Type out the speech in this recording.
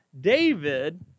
David